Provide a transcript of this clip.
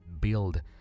build